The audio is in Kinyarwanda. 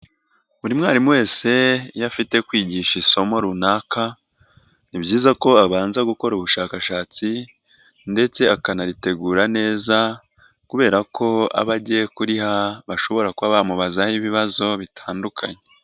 Buri mwarimu wese iyo afite kwigisha isomo runaka, ni byiza ko abanza gukora ubushakashatsi ndetse akanaritegura neza kubera ko abo agiye kuriha, bashobora kuba bamubazaho ibibazo bitandukanye.